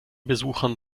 besuchern